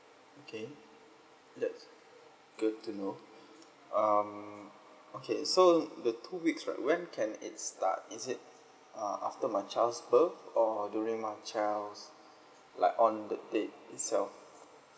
okay that's good to know um okay so the two weeks right when can it start is it uh after my child's birth or during my child's like on the date itself